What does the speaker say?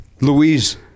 Louise